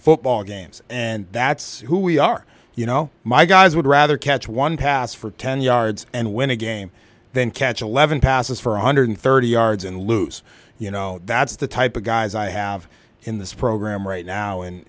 football games and that's who we are you know my guys would rather catch one pass for ten yards and win a game than catch eleven passes for one hundred thirty yards and lose you know that's the type of guys i have in this program right now